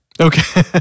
Okay